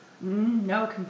No